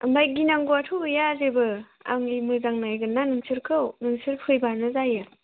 ओमफ्राय गिनांगौआथ' गैया जेबो आंनो मोजां नायगोन मा नोंसोरखौ नोंसोर फैबानो जायो